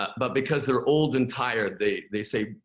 but because they're old and tired, they they say,